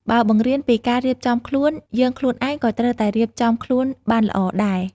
បើបង្រៀនពីការរៀបចំខ្លួន យើងខ្លួនឯងក៏ត្រូវតែរៀបចំខ្លួនបានល្អដែរ។